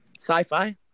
sci-fi